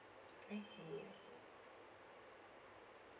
I see I see